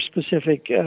specific